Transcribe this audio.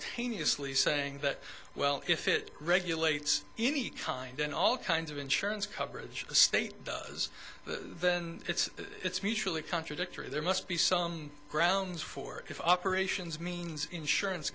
is sleaze saying that well if it regulates any kind and all kinds of insurance coverage the state does then it's it's mutually contradictory there must be some grounds for operations means insurance